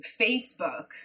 Facebook